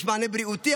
יש מענה בריאותי,